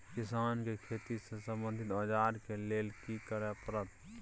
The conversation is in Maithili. किसान के खेती से संबंधित औजार के लेल की करय परत?